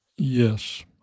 Yes